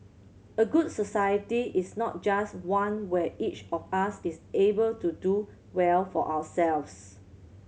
a good society is not just one where each of us is able to do well for ourselves